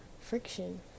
friction